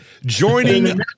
joining